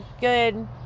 good